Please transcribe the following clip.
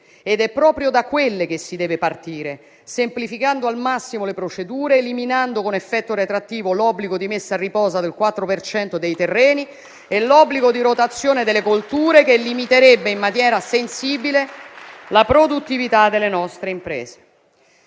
Ed è proprio da quelli che si deve partire, semplificando al massimo le procedure, eliminando con effetto retroattivo l'obbligo di messa a riposo del 4 per cento dei terreni e l'obbligo di rotazione delle colture, che limiterebbe in maniera sensibile la produttività delle nostre imprese.